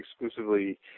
exclusively